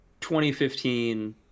2015